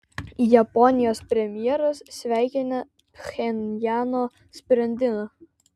japonijos premjeras sveikina pchenjano sprendimą